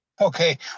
Okay